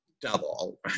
double